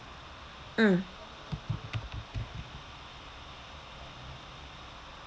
mm